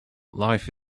life